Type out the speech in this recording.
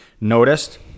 noticed